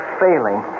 failing